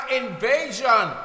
invasion